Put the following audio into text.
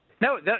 No